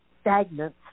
stagnant